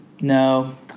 No